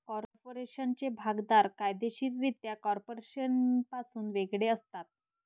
कॉर्पोरेशनचे भागधारक कायदेशीररित्या कॉर्पोरेशनपासून वेगळे असतात